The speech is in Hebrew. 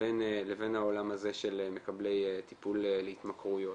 לבין העולם הזה של מקבלי טיפול להתמכרויות.